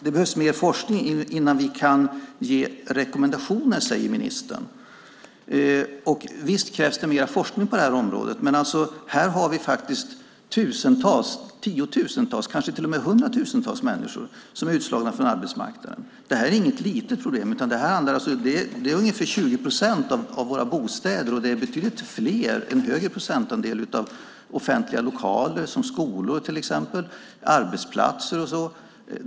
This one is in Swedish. Det behövs mer forskning innan vi kan ge rekommendationer, säger ministern. Visst krävs det mer forskning på detta område. Men här har vi faktiskt tusentals, tiotusentals och kanske hundratusentals människor som är utslagna från arbetsmarknaden. Detta är inget litet problem, utan det handlar om ungefär 20 procent av våra bostäder, och det är en betydligt större procentandel av offentliga lokaler, till exempel skolor och arbetsplatser.